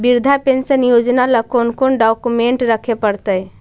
वृद्धा पेंसन योजना ल कोन कोन डाउकमेंट रखे पड़तै?